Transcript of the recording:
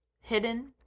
hidden